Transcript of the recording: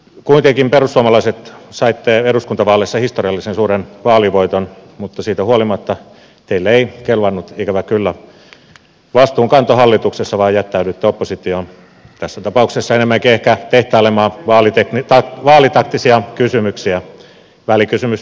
te perussuomalaiset saitte eduskuntavaaleissa historiallisen suuren vaalivoiton mutta siitä huolimatta teille ei kelvannut ikävä kyllä vastuunkanto hallituksessa vaan jättäydyitte oppositioon tässä tapauksessa enemmänkin ehkä tehtailemaan vaalitaktisia kysymyksiä välikysymysten muodossa